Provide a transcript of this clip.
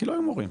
לא יהיו מורים.